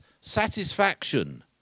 satisfaction